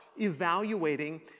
evaluating